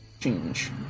Change